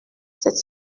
cette